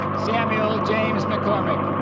samuel james mccormack